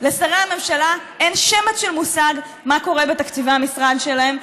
לשרי הממשלה אין שמץ של מושג מה קורה בתקציבי המשרדים שלהם.